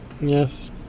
Yes